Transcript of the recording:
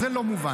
זה לא מובן.